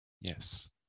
Yes